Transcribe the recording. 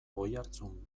oihartzun